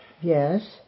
Yes